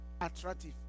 attractive